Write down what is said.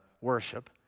worship